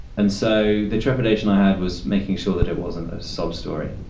and so the trepidation i had was making sure that it wasn't a sob story.